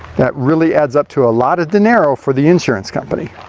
that really adds up to a lot of dinero for the insurance company.